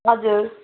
हजुर